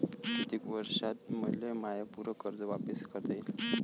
कितीक वर्षात मले माय पूर कर्ज वापिस करता येईन?